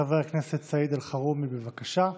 חבר הכנסת סעיד אלחרומי, בבקשה,